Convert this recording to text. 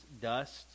dust